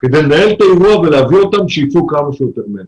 כדי לנהל את האירוע ולהביא אותם לכך שיצאו כמה שיותר מהר.